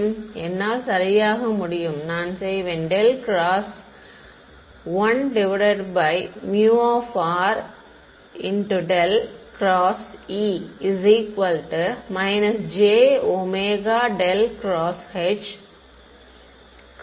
மாணவர் என்னால் சரியாக முடியும் நான் செய்வேன் ∇ ×1∇ ×E j∇ ×H ∇ ×H இருக்கிறது